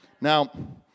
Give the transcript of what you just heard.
Now